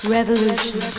Revolution